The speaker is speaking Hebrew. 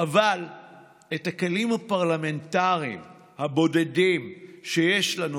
אבל את הכלים הפרלמנטריים הבודדים שיש לנו,